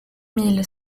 mille